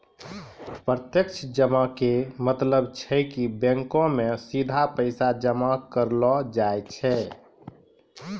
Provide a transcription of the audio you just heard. प्रत्यक्ष जमा के मतलब छै कि बैंको मे सीधा पैसा जमा करलो जाय छै